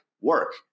work